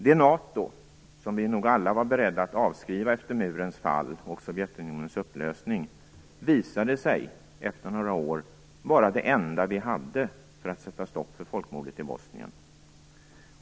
Det NATO som vi nog alla var beredda att avskriva efter murens fall och Sovjetunionens upplösning visade sig efter några år vara det enda vi hade för att sätta stopp för folkmordet i Bosnien.